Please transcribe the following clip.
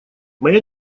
моя